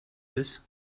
this